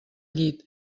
llit